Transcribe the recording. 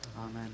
Amen